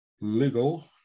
legal